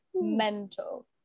mental